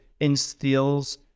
instills